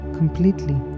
completely